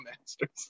masters